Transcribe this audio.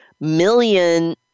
million